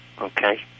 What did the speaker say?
Okay